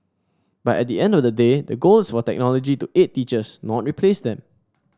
but at the end of the day the goal is for technology to aid teachers not replace them